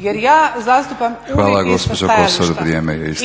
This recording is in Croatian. jer ja zastupam uvijek ista stajališta.